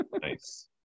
Nice